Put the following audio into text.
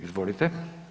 Izvolite.